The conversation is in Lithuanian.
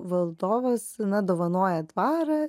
valdovas na dovanoja dvarą